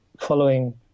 following